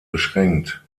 beschränkt